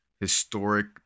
historic